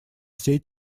всей